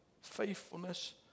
faithfulness